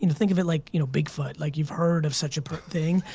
you know think of it like you know big foot, like you've heard of such a but thing,